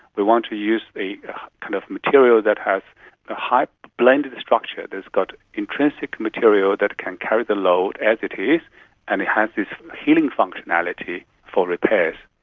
we want to use a kind of material that has a blended structure that has got intrinsic material that can carry the load as it is and it has this healing functionality for repairs.